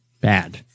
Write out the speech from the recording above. bad